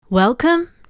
Welcome